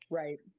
right